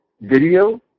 video